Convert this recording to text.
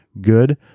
good